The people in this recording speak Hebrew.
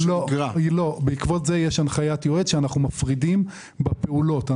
לא, יש הנחיית יועץ להפריד בפעולות.